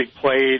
played